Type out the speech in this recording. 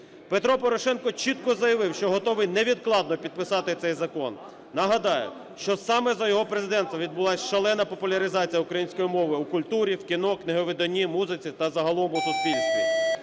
Петро Порошенко чітко заявив, що готовий невідкладно підписати цей закон. Нагадаю, що саме за його президентства відбулася шалена популяризація української мови в культурі, в кіно, у книговиданні, музиці та загалом у суспільстві.